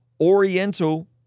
Oriental